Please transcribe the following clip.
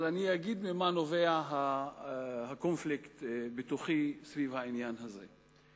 אבל אני אגיד ממה נובע הקונפליקט בתוכי סביב העניין הזה.